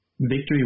Victory